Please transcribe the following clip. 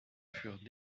furent